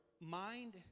mind